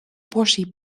portie